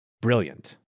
Brilliant